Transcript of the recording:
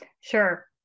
Sure